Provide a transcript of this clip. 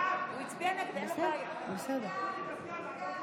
לדיון מוקדם בוועדת החוקה,